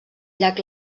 llac